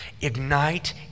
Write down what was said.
ignite